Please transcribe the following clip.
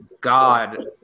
God